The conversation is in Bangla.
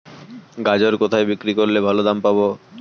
গাজর কোথায় বিক্রি করলে ভালো দাম পাব?